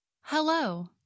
Hello